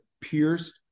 pierced